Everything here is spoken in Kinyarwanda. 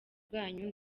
rwanyu